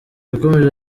yakomeje